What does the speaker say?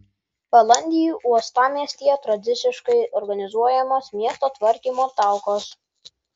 balandį uostamiestyje tradiciškai organizuojamos miesto tvarkymo talkos